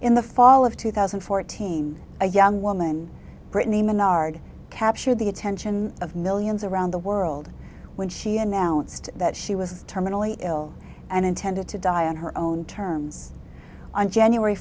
in the fall of two thousand and fourteen a young woman brittany menard captured the attention of millions around the world when she announced that she was terminally ill and intended to die on her own terms on january